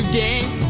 game